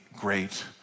great